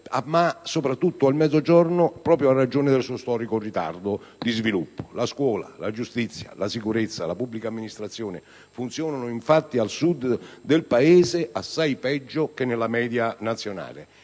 ma soprattutto il Mezzogiorno, proprio in ragione del suo storico ritardo nello sviluppo. La scuola, la giustizia, la sicurezza e la pubblica amministrazione funzionano infatti nel Sud del Paese assai peggio che nella media nazionale.